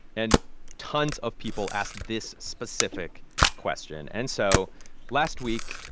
and tons of people asked this specific question. and so last week,